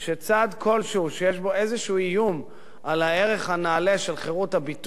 שצעד כלשהו שיש בו איזה איום על הערך הנעלה של חירות הביטוי,